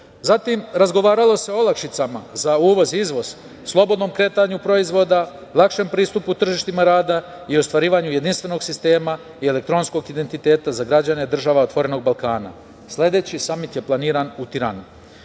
Zatim, razgovaralo se o olakšicama, za uvoz i izvoz, slobodnom kretanju proizvoda, lakšem pristupu tržištima rada i ostvarivanju jedinstvenog sistema i elektronskog identititeta za građane država „Otvorenog Balkan“. Sledeći samit je planiran u Tirani. Na